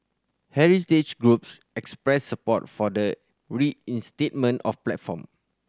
heritage groups expressed support for the reinstatement of platform